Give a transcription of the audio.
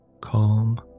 Calm